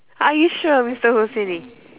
are you sure mister husaini